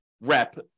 rep